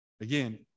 Again